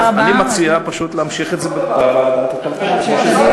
אני מציע פשוט להמשיך את זה בוועדת הכלכלה,